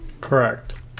Correct